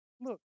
look